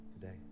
today